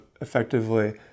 effectively